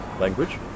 language